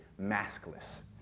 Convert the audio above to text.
maskless